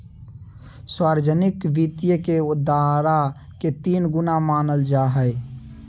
सार्वजनिक वित्त के दायरा के तीन गुना मानल जाय हइ